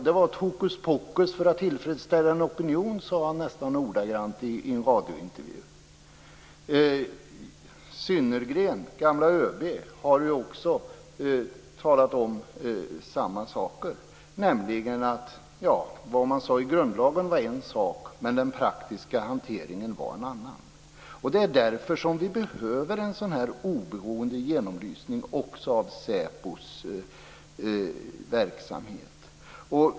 Det var ett hokus pokus för att tillfredsställa en opinion, sade han nästan ordagrant i en radiointervju. Synnergren, gamla ÖB, har talat om samma saker. Vad man sade i grundlagen var en sak, men den praktiska hanteringen var en annan. Det är därför vi behöver en sådan här oberoende genomlysning också av SÄPO:s verksamhet.